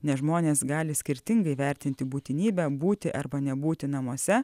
nes žmonės gali skirtingai vertinti būtinybę būti arba nebūti namuose